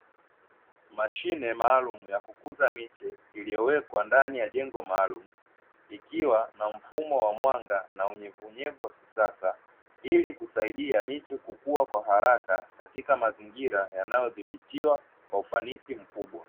Mashine maalumu ya kukuza miche iliyowekwa ndani ya jengo maalumu, ikiwa na mfumo wa mwanga na unyevu unyevu wa kisasa ili kusaidia miche kukuwa kwa haraka, katika mazingira yanayodhibitiwa kwa ufanisi mkubwa.